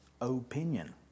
opinion